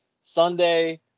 Sunday